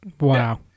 Wow